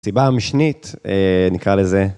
סיבה משנית נקרא לזה.